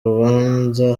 rubanza